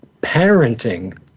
parenting